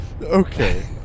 Okay